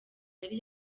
yari